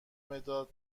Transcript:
مداد